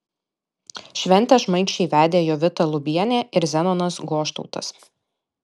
šventę šmaikščiai vedė jovita lubienė ir zenonas goštautas